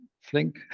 Flink